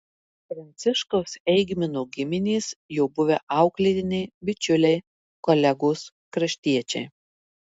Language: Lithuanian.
pranciškaus eigmino giminės jo buvę auklėtiniai bičiuliai kolegos kraštiečiai